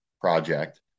project